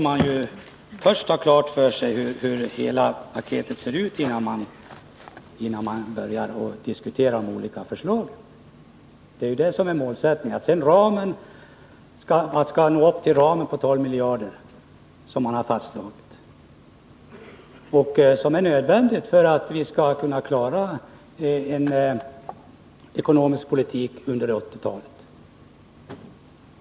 Man måste ha klart för sig hur hela paketet skall se ut innan man börjar diskutera olika delförslag. Målsättningen är att vi skall nå upp till besparingar på 12 miljarder, som fastslagits som ram. Det målet är nödvändigt att uppnå om vi skall kunna bedriva en vettig ekonomisk politik under 1980-talet.